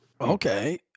Okay